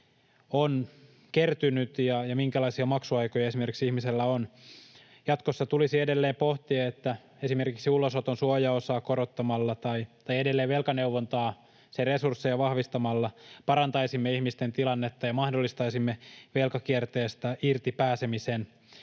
on kertynyt ja esimerkiksi minkälaisia maksuaikoja ihmisellä on. Jatkossa tulisi edelleen pohtia, että esimerkiksi ulosoton suojaosaa korottamalla tai edelleen velkaneuvontaa ja sen resursseja vahvistamalla parantaisimme ihmisten tilannetta ja mahdollistaisimme velkakierteestä irti pääsemisen.